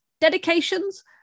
dedications